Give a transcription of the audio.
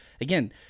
again